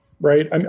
Right